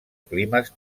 climes